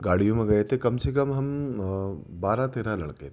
گاڑیوں میں گئے تھے کم سے کم ہم آ بارہ تیرہ لڑکے تھے